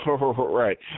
Right